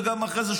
וגם אחרי זה,